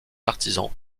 artisans